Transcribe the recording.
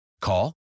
Call